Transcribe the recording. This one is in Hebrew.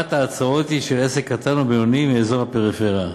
ואחת ההצעות היא של עסק קטן או בינוני מאזור הפריפריה,